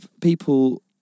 people